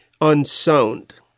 unsound